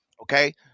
Okay